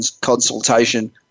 consultation